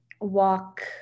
walk